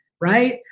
right